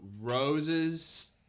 roses